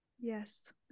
yes